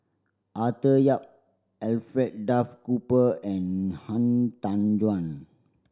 Arthur Yap Alfred Duff Cooper and Han Tan Juan